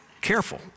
Careful